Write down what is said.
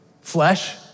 flesh